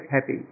happy